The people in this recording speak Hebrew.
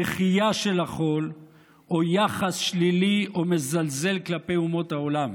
דחייה של החול או יחס שלילי או מזלזל כלפי אומות העולם.